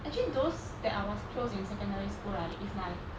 actually those that I was close in secondary school right is like